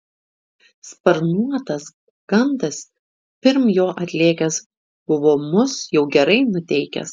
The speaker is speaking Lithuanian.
sparnuotas gandas pirm jo atlėkęs buvo mus jau gerai nuteikęs